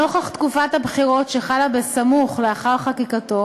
נוכח תקופת הבחירות שחלה בסמוך לאחר חקיקתו